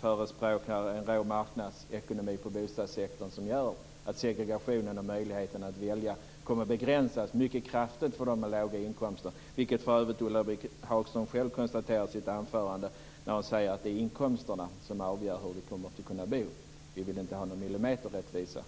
förespråkar en rå marknadsekonomi på bostadssektorn som gör att segregationen kommer att öka och möjligheterna att välja kommer att begränsas mycket kraftigt för dem som har låga inkomster, vilket för övrigt Ulla-Britt Hagström själv konstaterar i sitt anförande. Hon säger att det är inkomsterna som avgör hur man kommer att bo och att kristdemokraterna inte vill ha någon millimeterrättvisa.